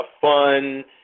fun